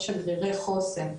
הצגת הדוח השני של עמותת ערן